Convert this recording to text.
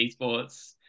esports